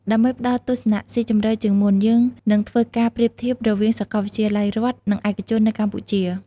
ដើម្បីផ្ដល់ទស្សនៈស៊ីជម្រៅជាងមុន យើងនឹងធ្វើការប្រៀបធៀបរវាងសាកលវិទ្យាល័យរដ្ឋ និងឯកជននៅកម្ពុជា ។